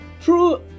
True